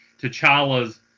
T'Challa's